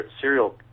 serial